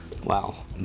Wow